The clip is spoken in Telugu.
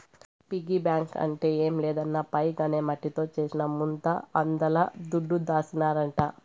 పిగ్గీ బాంక్ అంటే ఏం లేదన్నా పైగ్ అనే మట్టితో చేసిన ముంత అందుల దుడ్డు దాసినారంట